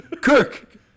Kirk